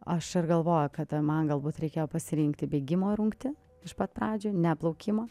aš ir galvoju kad man galbūt reikėjo pasirinkti bėgimo rungtį iš pat pradžių ne plaukimo